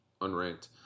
Unranked